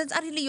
זה צריך להיות.